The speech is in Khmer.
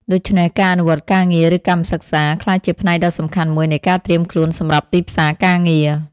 ដូច្នេះ ការអនុវត្តន៍ការងារ ឬកម្មសិក្សា ក្លាយជាផ្នែកដ៏សំខាន់មួយនៃការត្រៀមខ្លួនសម្រាប់ទីផ្សារការងារ។